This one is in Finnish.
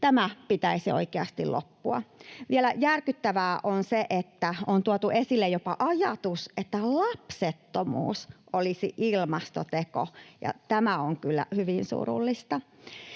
Tämän pitäisi oikeasti loppua. Vielä järkyttävämpää on se, että on tuotu esille jopa ajatus, että lapsettomuus olisi ilmastoteko, ja tämä on kyllä hyvin surullista.